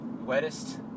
wettest